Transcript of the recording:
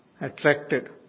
attracted